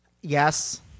Yes